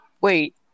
Wait